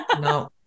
No